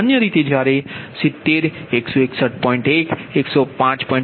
છે અને સામાન્ય રીતે જ્યારે 70 161